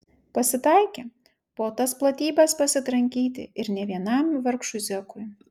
pasitaikė po tas platybes pasitrankyti ir ne vienam vargšui zekui